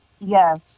yes